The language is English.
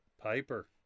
piper